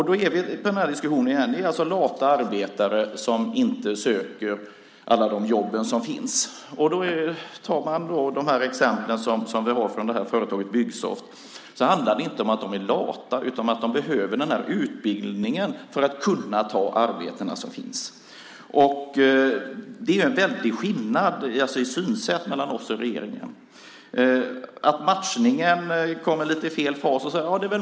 Då har vi den här diskussionen igen om lata arbetare som inte söker alla de jobb som finns. Man kan ta de exempel som finns på företaget Byggsoft. Det handlar inte om att människorna är lata, utan om att de behöver utbildning för att kunna ta de arbeten som finns. Det är en väldig skillnad i synsätt mellan oss och regeringen. Det är möjligt att matchningen kommer i lite fel fas.